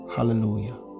Hallelujah